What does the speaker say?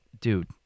Dude